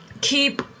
keep